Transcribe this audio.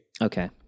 Okay